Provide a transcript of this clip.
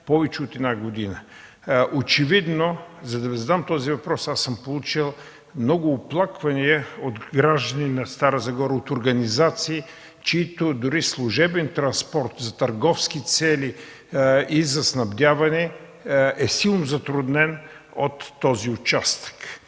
повече от една година. За да Ви задам този въпрос, очевидно съм получил много оплаквания от граждани на Стара Загора, от организации, на които дори и служебния транспорт за търговски цели и за снабдяване, е силно затруднен от този участък.